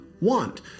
want